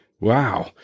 wow